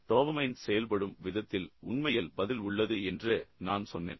dopamine செயல்படும் விதத்தில் உண்மையில் பதில் உள்ளது என்று நான் சொன்னேன்